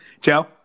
Joe